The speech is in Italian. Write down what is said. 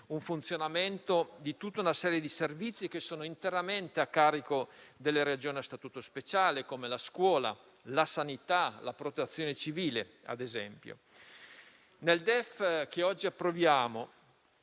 il funzionamento di tutta una serie di servizi che sono interamente a carico delle Regioni a statuto speciale, come la scuola, la sanità e la Protezione civile. Nel DEF che oggi ci accingiamo